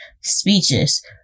speeches